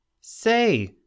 Say